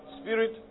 spirit